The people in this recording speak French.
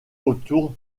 autour